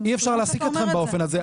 אי אפשר להעסיק אתכם באופן הזה.